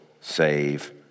save